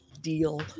deal